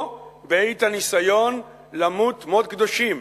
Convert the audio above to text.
או בעת הניסיון למות מות קדושים.